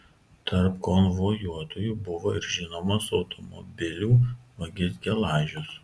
tarp konvojuotųjų buvo ir žinomas automobilių vagis gelažius